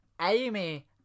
Amy